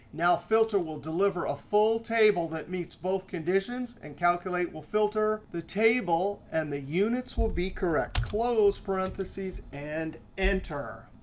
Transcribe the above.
now filter will deliver a full table that meets both conditions, and calculate will filter the table, and the units will be correct. close parentheses and enter.